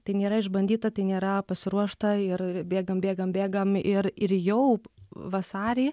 tai nėra išbandyta tai nėra pasiruošta ir bėgam bėgam bėgam ir ir jau vasarį